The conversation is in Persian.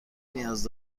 نیاز